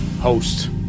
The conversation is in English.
host